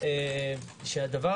הדבר